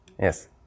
Yes